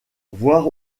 voir